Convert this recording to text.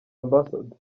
ambassador